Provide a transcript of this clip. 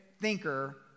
thinker